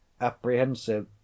apprehensive